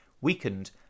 weakened